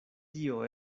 tio